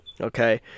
Okay